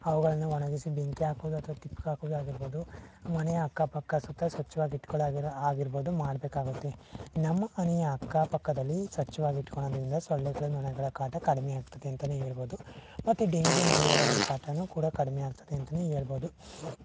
ಅವುಗಳನ್ನು ಒಣಗಿಸಿ ಬೆಂಕಿ ಹಾಕೋದು ಅಥವಾ ತಿಪ್ಪೆಗೆ ಹಾಕೋದು ಆಗಿರ್ಬೋದು ಮನೆಯ ಅಕ್ಕ ಪಕ್ಕ ಸುತ್ತ ಸ್ವಚ್ವಾಗಿ ಇಟ್ಕೊಳ್ಳೋಗೆ ಆಗಿರ್ಬೋದು ಮಾಡಬೇಕಾಗುತ್ತೆ ನಮ್ಮ ಮನೆಯ ಅಕ್ಕ ಪಕ್ಕದಲ್ಲಿ ಸ್ವಚ್ವಾಗಿ ಇಟ್ಕೊಳ್ಳೋದ್ರಿಂದ ಸೊಳ್ಳೆಗಳು ನೊಣಗಳ ಕಾಟ ಕಡಿಮೆ ಆಗ್ತದೆ ಅಂತಲೇ ಹೇಳ್ಬೋದು ಮತ್ತೆ ಡೆಂಗ್ಯು ಮಲೇರಿಯಾಗಳ ಕಾಟವೂ ಕೂಡ ಕಡಿಮೆ ಆಗ್ತದೆ ಅಂತಲೇ ಹೇಳ್ಬೋದು